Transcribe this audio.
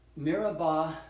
Mirabah